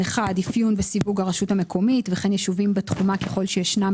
אפיון וסיווג הרשות המקומית וכן יישובים בתחומה ככל שישנם